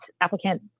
applicant